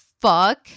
fuck